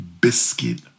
biscuit